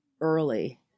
early